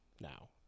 now